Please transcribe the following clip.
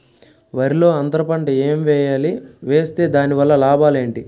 వరిలో అంతర పంట ఎం వేయాలి? వేస్తే దాని వల్ల లాభాలు ఏంటి?